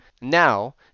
Now